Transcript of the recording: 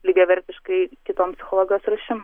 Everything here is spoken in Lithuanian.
lygiavertiškai kitom psichologijos rūšim